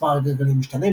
מספר הגלגלים משתנה,